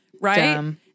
Right